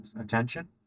attention